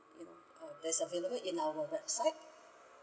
uh that's available in our website